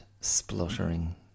spluttering